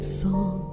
song